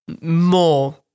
more